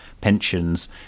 pensions